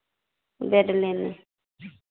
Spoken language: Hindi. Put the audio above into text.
बेड लेने